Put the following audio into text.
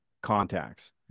contacts